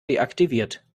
deaktiviert